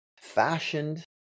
fashioned